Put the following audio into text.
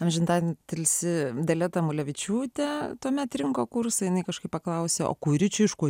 amžinatilsį dalia tamulevičiūtė tuomet rinko kursą jinai kažkaip paklausė o kuri čia iš ku